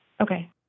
Okay